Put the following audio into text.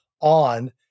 on